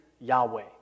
Yahweh